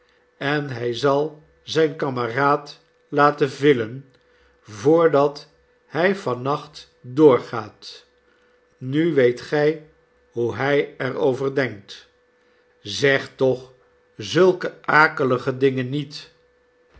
en hij zal zijn kameraad laten villen voordat hij van nacht doorgaat nu weet gij hoe hij er over denkt zeg toch zulke akelige dingen niet